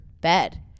bed